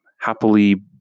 happily